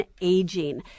Aging